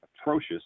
atrocious